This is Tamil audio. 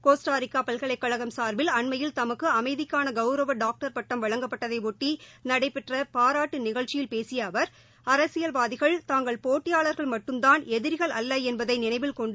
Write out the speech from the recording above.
கோஸ்டாரிக்கபல்கலைக்கழகம் சார்பில் அண்மையில் தமக்குஅமைதிக்கானகவுரவடாக்டர் பட்டம் வழங்கப்பட்தைஷட்டிநடைபெற்றபாராட்டுநிகழ்ச்சியில் பேசியஅவர் போட்டியாளர்கள் மட்டும் தான் எதிரிகள் அல்லஎன்பதைநினைவில் கொண்டு